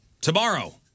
Tomorrow